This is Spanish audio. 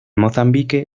mozambique